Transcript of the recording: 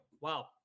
Wow